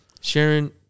Sharon